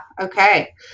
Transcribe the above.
Okay